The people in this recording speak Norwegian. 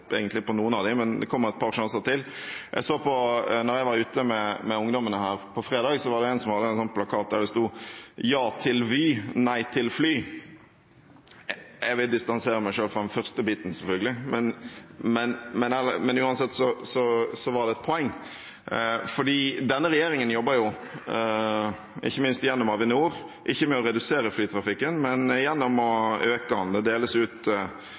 på noen av dem, men det kommer et par sjanser til. Da jeg var ute med ungdommene på fredag, var det en som hadde en plakat der det sto: Ja til Vy, nei til fly. Jeg vil selvfølgelig distansere meg selv fra den første biten, men uansett var det et poeng. For denne regjeringen jobber jo – ikke minst gjennom Avinor – ikke med å redusere flytrafikken, men gjennom å øke den. Det deles ut